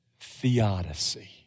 theodicy